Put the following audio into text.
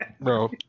Bro